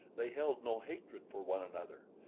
they held no hatred for one another.